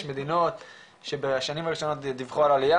יש מדינות שבשנים הראשונות דיווחו על עליה,